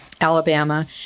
Alabama